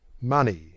Money